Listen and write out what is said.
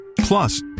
plus